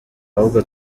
ahubwo